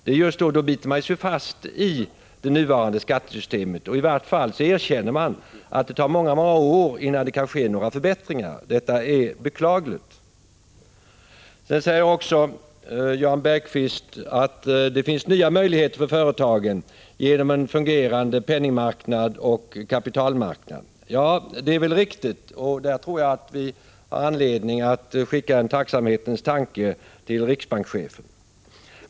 Men då biter man sig ju fast i det nuvarande skattesystemet. I vart fall erkänner man att det tar många många år innan det kan ske några förbättringar. Detta är beklagligt. Jan Bergqvist säger också att det finns nya möjligheter för företagen genom en fungerande penningmarknad och kapitalmarknad. Ja, det är väl riktigt, och där tror jag att vi har anledning att skicka en tacksamhetens tanke till riksbankschefen.